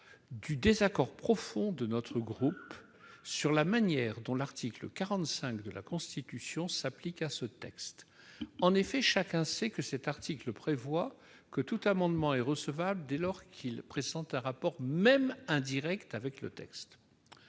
-du désaccord profond de notre groupe sur la manière dont l'article 45 de la Constitution a été appliqué à ce texte. Comme chacun le sait, cet article prévoit que tout amendement est recevable dès lors qu'il présente un rapport, même indirect, avec le texte